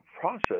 process